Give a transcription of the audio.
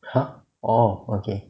!huh! orh okay